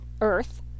earth